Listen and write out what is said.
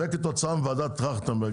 זה כתוצאה מוועדת טרכטנברג.